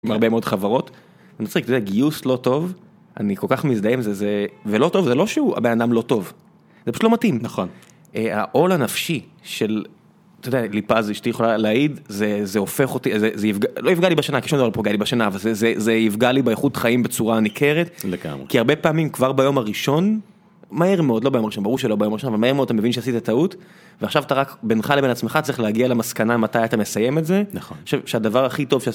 עם הרבה מאוד חברות, זה מצחיק גיוס לא טוב, אני כל כך מזדהה עם זה, ולא טוב זה לא שהוא הבן אדם לא טוב, זה פשוט לא מתאים, נכון. העול הנפשי של, אתה יודע לפיז אשתי יכולה להעיד, זה הופך אותי, זה לא יפגע לי בשינה, כי שום דבר לא פוגע לי בשינה, זה יפגע לי באיכות חיים בצורה ניכרת, כי הרבה פעמים כבר ביום הראשון, מהר מאוד לא ביום הראשון, ברור שלא ביום הראשון, אבל מהר מאוד אתה מבין שעשית טעות, ועכשיו אתה רק בינך לבין עצמך צריך להגיע למסקנה מתי אתה מסיים את זה... נכון... שהדבר הכי טוב שעשית,